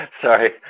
Sorry